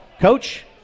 Coach